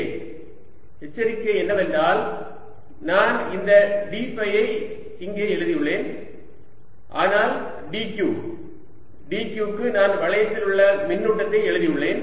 dS R2dcosθdϕ dV 14π0R2dcosθdϕz2R2 2zRcosθ எச்சரிக்கை என்னவென்றால் நான் இந்த d ஃபை ஐ இங்கே எழுதியுள்ளேன் ஆனால் dq dq க்கு நான் வளையத்தில் உள்ள மின்னூட்டத்தை எழுதி உள்ளேன்